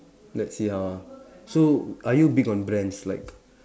let's see how ah so are you big on brands like